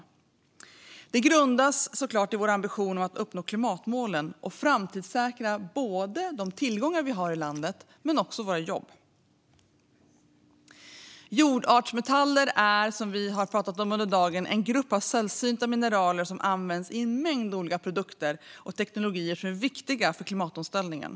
Grunden för detta är såklart vår ambition att uppnå klimatmålen och framtidssäkra både de tillgångar vi har i landet och våra jobb. Jordartsmetaller är, som vi har pratat om under dagen, en grupp av sällsynta mineraler som används i en mängd olika produkter och teknologier som är viktiga för klimatomställningen.